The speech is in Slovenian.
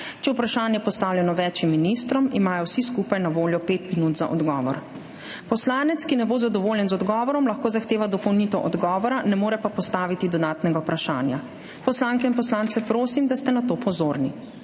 je vprašanje postavljeno več ministrom, imajo vsi skupaj na voljo pet minut za odgovor. Poslanec, ki ne bo zadovoljen z odgovorom, lahko zahteva dopolnitev odgovora, ne more pa postaviti dodatnega vprašanja. Poslanke in poslance prosim, da so na to pozorni.